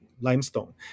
limestone